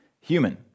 human